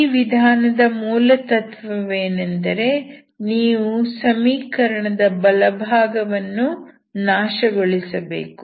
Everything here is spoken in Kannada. ಈ ವಿಧಾನದ ಮೂಲತತ್ವವೇನೆಂದರೆ ನೀವು ಸಮೀಕರಣದ ಬಲಭಾಗವನ್ನು ನಾಶಗೊಳಿಸಬೇಕು